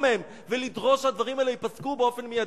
מהם ולדרוש שהדברים האלה ייפסקו באופן מיידי.